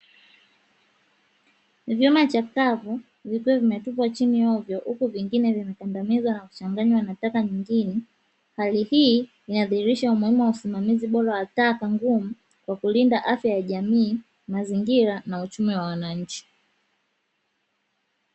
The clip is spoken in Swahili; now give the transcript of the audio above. Vyuma chakavu vikiwa vimetupwa chini ovyo huku vingine vimekandamizwa na kuchanganywa na taka nyingine, hali hii inadhihirisha umuhimu wa usimamizi bora wa taka ngumu kwa kulinda afya ya jamii, mazingira na uchumi wa wananchi.